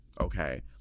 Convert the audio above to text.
okay